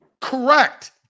Correct